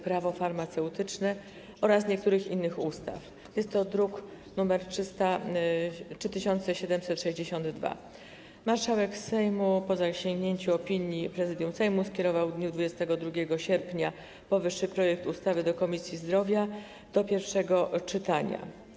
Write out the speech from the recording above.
Prawo farmaceutyczne oraz niektórych innych ustaw, jest to druk nr 3762. Marszałek Sejmu, po zasięgnięciu opinii Prezydium Sejmu, skierował w dniu 22 sierpnia powyższy projekt ustawy do Komisji Zdrowia do pierwszego czytania.